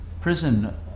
prison